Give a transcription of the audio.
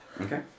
Okay